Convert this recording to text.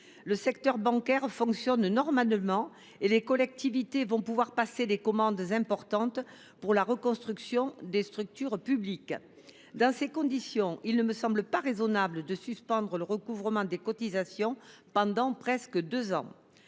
Le secteur bancaire fonctionne normalement et les collectivités vont pouvoir passer des commandes importantes pour la reconstruction des structures publiques. Dans ces conditions, il ne me semble pas raisonnable de suspendre le recouvrement des cotisations pendant presque deux ans.